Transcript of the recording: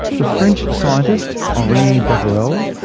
the french scientist, henri becquerel,